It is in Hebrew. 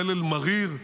מלל מריר,